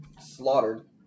slaughtered